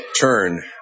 turn